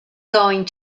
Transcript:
going